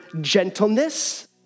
gentleness